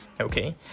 okay